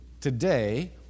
today